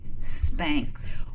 Spanx